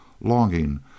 longing